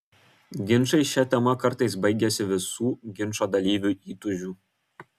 ginčai šia tema kartais baigiasi visų ginčo dalyvių įtūžiu